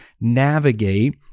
navigate